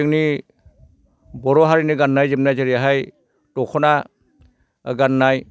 जोंनि बर' हारिनि गान्नाय जोमनाय जेरैहाय दख'ना गान्नाय